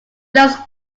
loves